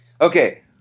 Okay